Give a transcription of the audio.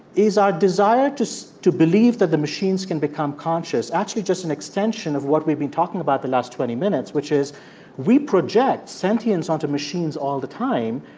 is our desire to so to believe that the machines can become conscious actually just an extension of what we've been talking about the last twenty minutes? which is we project sentience onto machines all the time.